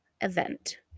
event